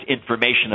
information